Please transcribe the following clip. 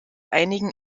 einigen